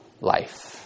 life